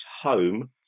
home